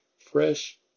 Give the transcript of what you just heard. fresh